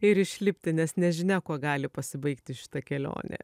ir išlipti nes nežinia kuo gali pasibaigti šita kelionė